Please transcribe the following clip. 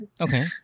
Okay